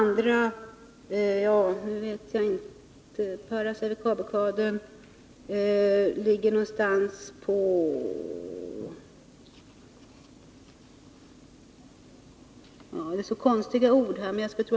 För paracervikalblockaden är siffran 8,3 Zo.